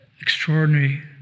extraordinary